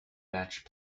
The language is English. match